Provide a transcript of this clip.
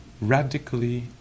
radically